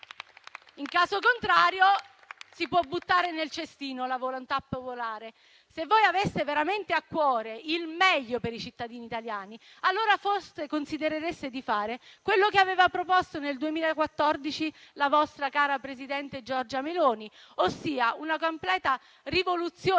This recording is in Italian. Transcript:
in caso contrario si può buttare nel cestino la volontà popolare. Se voi aveste veramente a cuore il meglio per i cittadini italiani, forse considerereste di fare quello che aveva proposto nel 2014 la vostra cara presidente Giorgia Meloni, ossia una completa rivoluzione